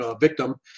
victim